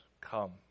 come